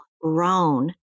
grown